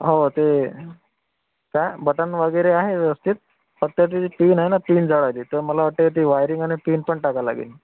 हो ते काय बटन वगैरे आहे व्यवस्थित फक्त ती जी पिन आहे न पिन जळाली तर मला वाटते ती वायरिंग आणि पिन पण टाका लागेन